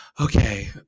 Okay